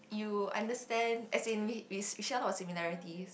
you understand as in we we share a lot of similarities